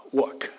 work